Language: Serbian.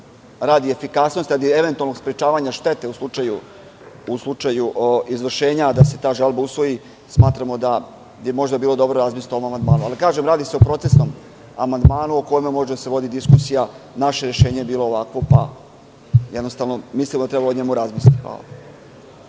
radi efikasnosti, radi eventualnog sprečavanja štete u slučaju izvršenja, a da se ta žalba usvoji, smatramo da bi možda bilo dobro razmisliti o ovom amandmanu. Kažem, radi se o procesnom amandmanu, o kojem može da se vodi diskusija. Naše rešenje je bilo ovakvo i jednostavno mislimo da treba o njemu razmisliti. Hvala.